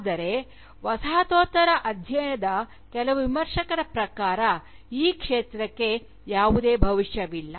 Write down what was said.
ಆದರೆ ವಸಾಹತೋತ್ತರ ಅಧ್ಯಯನದ ಕೆಲವು ವಿಮರ್ಶಕರ ಪ್ರಕಾರ ಈ ಕ್ಷೇತ್ರಕ್ಕೆ ಯಾವುದೇ ಭವಿಷ್ಯವಿಲ್ಲ